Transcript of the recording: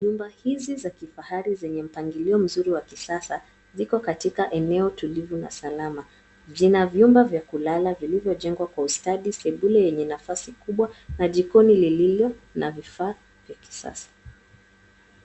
Nyumba hizi za kifahari zenye mpangilio mzuri wa kisasa, ziko katika eneo tulivu na salama. Zina vyumba vya kulala vilivyojengwa kwa ustadi, sebule yenye nafasi kubwa na jikoni lililo na vifaa vya kisasa.